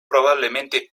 probablemente